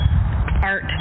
art